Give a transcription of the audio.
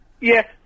Yes